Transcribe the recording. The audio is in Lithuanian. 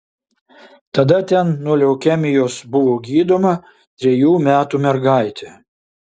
tada ten nuo leukemijos buvo gydoma trejų metų mergaitė